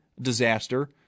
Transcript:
disaster